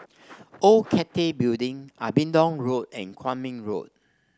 Old Cathay Building Abingdon Road and Kwong Min Road